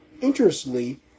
Interestingly